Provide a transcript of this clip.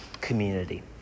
community